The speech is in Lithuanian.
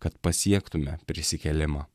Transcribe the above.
kad pasiektume prisikėlimą